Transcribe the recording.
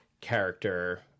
character